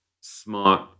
smart